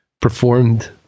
performed